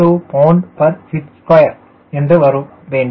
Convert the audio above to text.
2 lbft2 என்று வரவேண்டும்